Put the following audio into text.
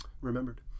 remembered